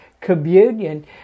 communion